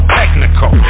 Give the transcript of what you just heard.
technical